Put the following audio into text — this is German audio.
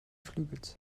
flügels